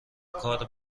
کار